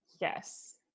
Yes